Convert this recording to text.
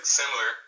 similar